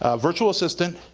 ah virtual assistant,